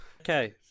Okay